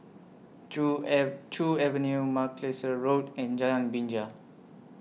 Joo Joo Avenue Macalister Road and Jalan Binja